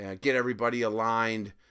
get-everybody-aligned